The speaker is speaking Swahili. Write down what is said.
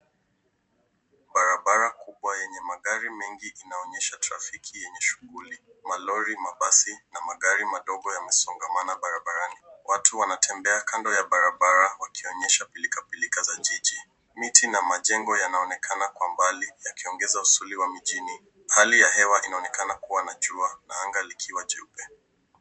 Barabara kubwa yenye magari mengi inaonenyesha trafiki yenye shughuli, malori, mabasi na magari madogo yamesongamana barabarani. Watu wanatembea kando ya barabara wakionyesha pilikapilika za jiji, miti na majengo yanaonekana kwa mbali yakiongeza uzuri wa mijini. Hali ya hewa inaonekana kuwa na jua na anga likiwa jeupe.